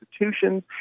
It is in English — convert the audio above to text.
institutions